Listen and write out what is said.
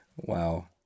Wow